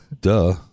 duh